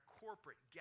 corporate